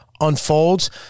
unfolds